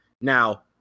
Now